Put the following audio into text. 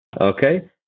okay